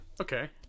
Okay